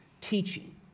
teaching